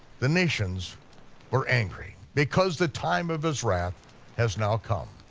the nations were angry, because the time of his wrath has now come.